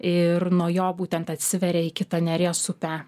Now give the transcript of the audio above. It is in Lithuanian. ir nuo jo būtent atsiveria į kitą neries upę